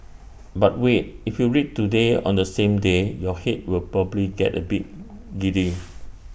but wait if you read today on the same day your Head will probably get A bit giddy